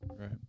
Right